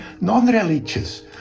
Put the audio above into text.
non-religious